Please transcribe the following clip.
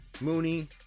Mooney